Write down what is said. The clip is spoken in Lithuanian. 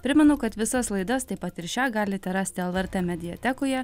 primenu kad visas laidas taip pat ir šią galite rasti lrt mediatekoje